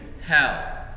hell